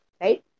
right